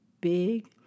big